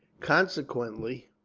consequently,